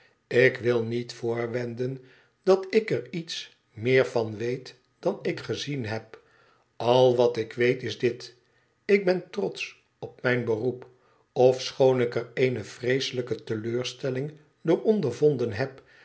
ik wil niet voorwenden dat ik er iets meer van weet dan ik gezien heb al wat ik weet is dit ik ben trotsch op mijn beroep ofechoon ik er eene vreeselijke teleurstelling door ondervonden heb